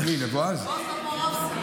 לבועז טופורובסקי.